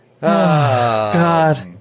God